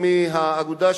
הבדל?